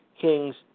Kings